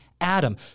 Adam